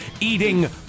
eating